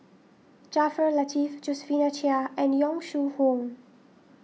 Jaafar Latiff Josephine Chia and Yong Shu Hoong